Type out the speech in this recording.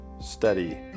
steady